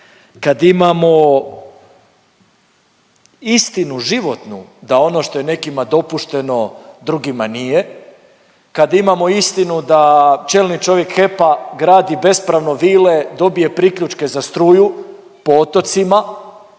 kad imamo istinu životnu da ono što je nekima dopušteno drugima nije, kad imamo istinu da čelnik čovjek HEP-a gradi bespravno vile, dobije priključke za struju po otocima,